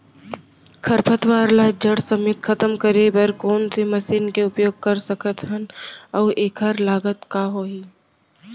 खरपतवार ला जड़ समेत खतम करे बर कोन से मशीन के उपयोग कर सकत हन अऊ एखर लागत का होही?